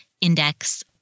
index